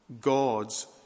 God's